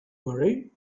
worry